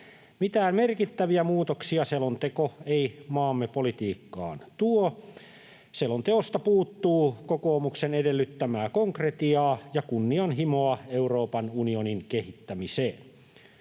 Mitään merkittäviä muutoksia selonteko ei maamme politiikkaan tuo. Selonteosta puuttuu kokoomuksen edellyttämää konkretiaa ja kunnianhimoa Euroopan unionin kehittämiseen.